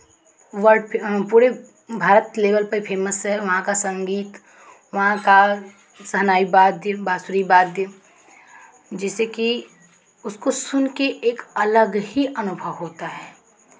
world पूरे Bharat level पे famous है वहाँ का संगीत वहाँ का शहनाई वाद्य बाँसुरी वाद्य जिससे कि उसको सुन के एक अलग ही अनुभव होता है